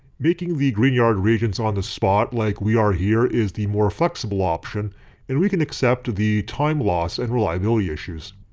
making the grignard reagents on the spot like we are here is the more flexible option and we accept the time loss and reliability issues.